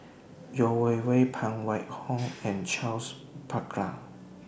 Yeo Wei Wei Phan Wait Hong and Charles Paglar